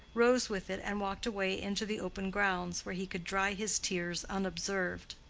rose with it and walked away into the open grounds, where he could dry his tears unobserved.